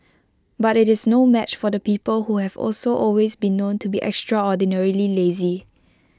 but IT is no match for the people who have also always been known to be extraordinarily lazy